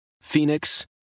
Phoenix